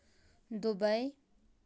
Dubai